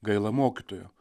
gaila mokytojo